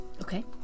Okay